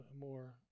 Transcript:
more